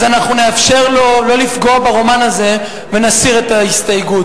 אז אנחנו נאפשר לו לא לפגוע ברומן הזה ונסיר את ההסתייגות.